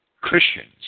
Christians